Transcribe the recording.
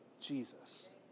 Jesus